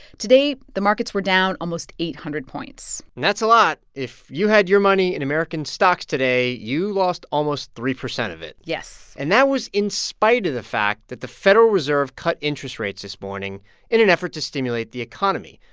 today the markets were down almost eight hundred points and that's a lot. if you had your money in american stocks today, you lost almost three percent of it yes and that was in spite of the fact that the federal reserve cut interest rates this morning in an effort to stimulate the economy.